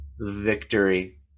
Victory